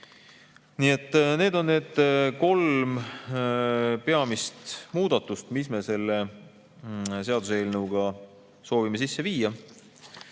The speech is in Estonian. need on need kolm peamist muudatust, mis me selle seaduseelnõuga soovime sisse viia.